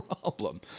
problem